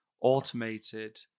automated